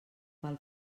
pel